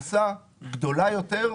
להכנסה גדולה יותר.